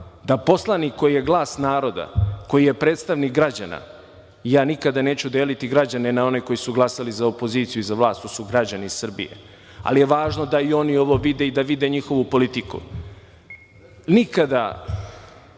da poslanik koji je glas naroda, koji predstavnik građana, ja nikada neću deliti građane na oni koji su glasali za opoziciju i za vlast, to su građani Srbije, ali je važno da i oni ovo vide i da vide njihovu politiku. Nikada